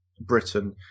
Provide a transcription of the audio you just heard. Britain